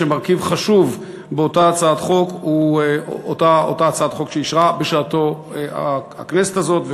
שמרכיב חשוב באותה הצעת חוק הוא אותה הצעת חוק שאישרה בשעתו הכנסת הזאת,